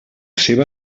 seva